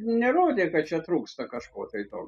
nerodė kad čia trūksta kažko tai tau